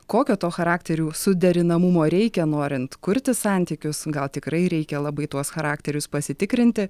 kokio to charakterių suderinamumo reikia norint kurti santykius gal tikrai reikia labai tuos charakterius pasitikrinti